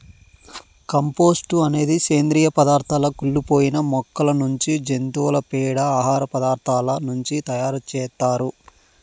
compost అనేది సేంద్రీయ పదార్థాల కుళ్ళి పోయిన మొక్కల నుంచి, జంతువుల పేడ, ఆహార పదార్థాల నుంచి తయారు చేత్తారు